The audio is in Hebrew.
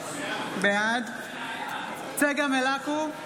בעד צגה מלקו,